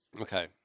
Okay